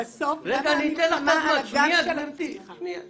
תאמיני לי,